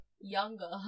younger